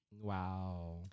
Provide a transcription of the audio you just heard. Wow